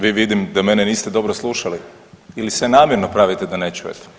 Vi vidim da mene niste dobro slušali ili se namjerno pravite da ne čujete.